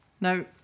Now